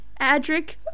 Adric